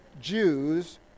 Jews